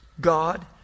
God